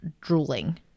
drooling